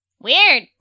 weird